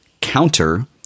Counter